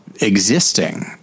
existing